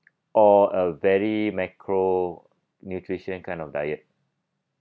or a very macro nutrition kind of diet